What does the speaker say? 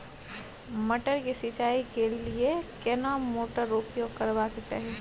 मटर के सिंचाई के लिये केना मोटर उपयोग करबा के चाही?